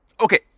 Okay